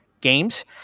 games